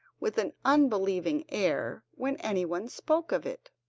with an unbelieving air, when anyone spoke of it.